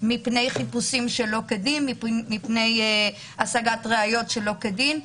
מפני חיפושים שלא כדין ומפני השגת ראיות שלא כדין.